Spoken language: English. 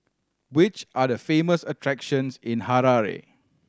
which are the famous attractions in Harare